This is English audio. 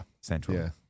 Central